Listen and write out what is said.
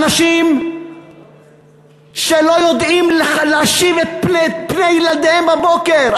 אנשים שלא יודעים להביט אל פני ילדיהם בבוקר.